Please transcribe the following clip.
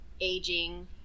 aging